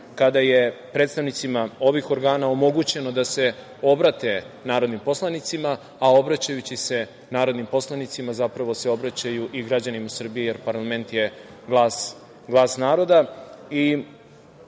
kada je predstavnicima ovih organa omogućeno da se obrate narodnim poslanicima, obraćajući se narodnim poslanicima zapravo se obraćaju i građanima Srbije jer parlament je glas